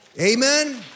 Amen